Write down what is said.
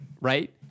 right